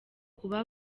kuba